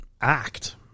act